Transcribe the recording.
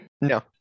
no